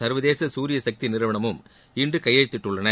சர்வதேச சூரிய சக்தி நிறுவனமும் இன்று கையெழுத்திட்டுள்ளன